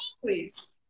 please